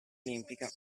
olimpica